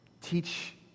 teach